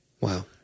Wow